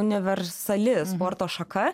universali sporto šaka